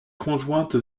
conjointe